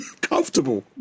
comfortable